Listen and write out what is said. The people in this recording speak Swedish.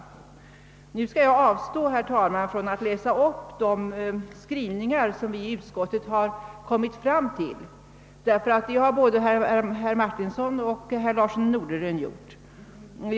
Jag skall avstå, herr talman, från att läsa upp de skrivningar som vi i utskottet har kommit fram till, eftersom både herr Martinsson och herr Larsson i Norderön har gjort det.